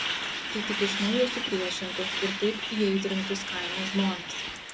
tai tik iš naujo supriešintų ir taip įaitrintus kaimo žmones